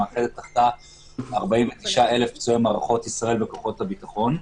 שמאחדת תחתה 49,000 פצועי מערכות ישראל וכוחות הביטחון.